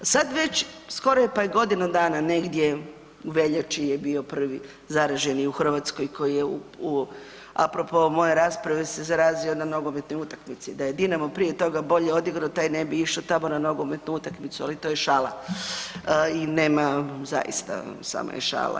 Sad već skoro je pa je godina dana negdje u veljači je bio prvi zaraženi u Hrvatskoj koji je u, apropo moje rasprave se zarazio na nogometnoj utakmici, da je Dinamo prije toga bolje odigrao taj ne bi išao tamo na nogometnu utakmicu, ali to je šala i nema zaista samo je šala.